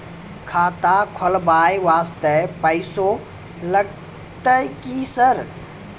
खाता खोलबाय वास्ते पैसो लगते की सर?